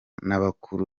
n’abakuru